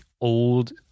old